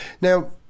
Now